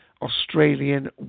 Australian